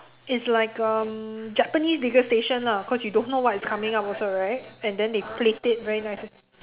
it's like um Japanese vigor station lah cause you don't know what is coming up also right and then they plate it very nicely